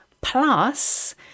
Plus